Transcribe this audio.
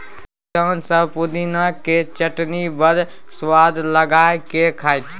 किसान सब पुदिनाक चटनी बड़ सुआद लगा कए खाइ छै